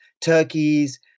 turkeys